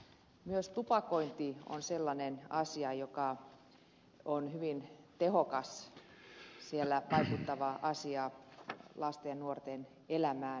myös tupakointi on siellä hyvin tehokas lasten ja nuorten elämään vaikuttava asia